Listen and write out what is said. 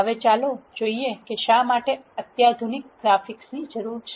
હવે ચાલો જોઈએ કે શા માટે અત્યાધુનિક ગ્રાફિક્સની જરૂર છે